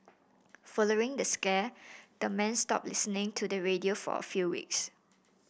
following the scare the men stopped listening to the radio for a few weeks